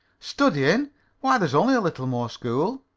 studying? why, there's only a little more school.